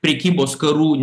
prekybos karų